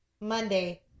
Monday